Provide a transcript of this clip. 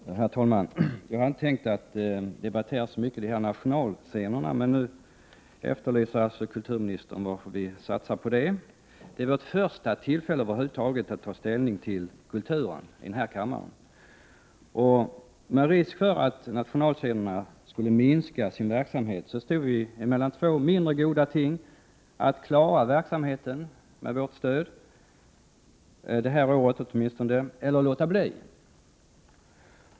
Herr talman! Jag hade inte tänkt att debattera så mycket om nationalscenerna, men nu efterlyser kulturministern besked om varför vi satsar på dem. Det är vårt första tillfälle över huvud taget att ta ställning till teaterkulturen här i kammaren. Inför risken att nationalscenerna skulle minska sin Prot. 1988/89:86 verksamhet stod vi mellan två mindre goda ting: att klara verksamheten med 22 mars 1989 vårt stöd, åtminstone det här året, eller låta bli.